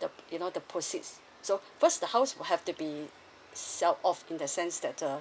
the you know the proceed so first the house would have to be sell off in the sense that uh